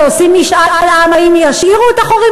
שעושים משאל עם אם ישאירו את החורים